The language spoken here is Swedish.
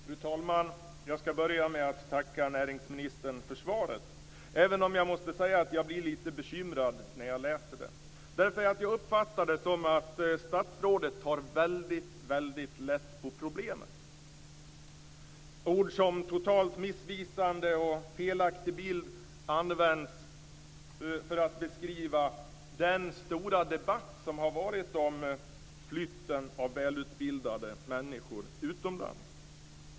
Fru talman! Jag skall börja med att tacka näringsministern för svaret, även om jag måste säga att jag blir lite bekymrad när jag läser det. Jag uppfattar det som att statsrådet tar väldigt lätt på problemen. Ord som "totalt missvisande" och "felaktig bild" används för att beskriva den stora debatt som har varit om flytten av välutbildade människor utomlands.